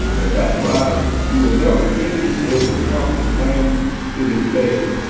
and that's why you will never hear me say that trump is playing to his base.